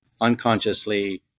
unconsciously